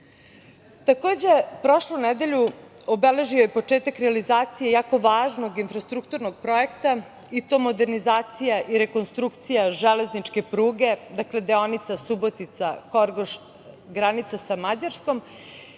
prošlu nedelju obeležio je početak realizacije jako važnog infrastrukturnog projekta i to modernizacija i rekonstrukcije železničke pruge, dakle deonica Subotica – Horgoš, granica sa Mađarskom.